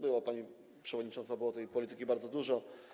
Było, pani przewodnicząca, tej polityki bardzo dużo.